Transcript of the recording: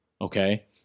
okay